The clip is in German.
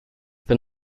bin